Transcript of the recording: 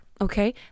okay